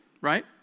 right